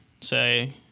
say